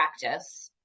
practice